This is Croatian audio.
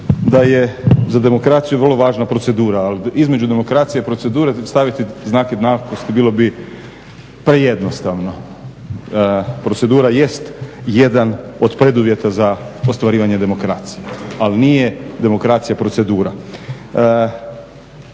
da je za demokraciju vrlo važna procedura, ali između demokracije i procedure staviti znak jednakosti bilo bi prejednostavno. Procedura jest jedan od preduvjeta za ostvarivanje demokracije, ali nije demokracija procedura.